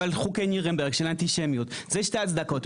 אבל חוקי נירנברג של אנטישמיות זה שתי הצדקות.